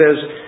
says